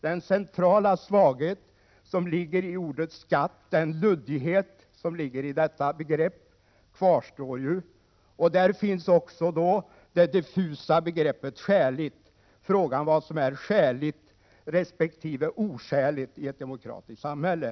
Den centrala svaghet och den luddighet som ligger i begreppet skatt kvarstår ju. Kvar finns också det diffusa begreppet skäligt. Det är inte lätt att besvara frågan om vad som är skäligt eller oskäligt i ett demokratiskt samhälle.